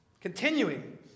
Continuing